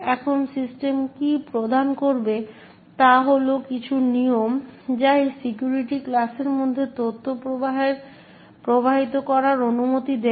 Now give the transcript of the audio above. এখন সিস্টেম কি প্রদান করবে তা হল কিছু নিয়ম যা এই সিকিউরিটি ক্লাসের মধ্যে তথ্য প্রবাহিত করার অনুমতি দেবে